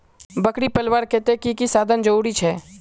बकरी पलवार केते की की साधन जरूरी छे?